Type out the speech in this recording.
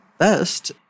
best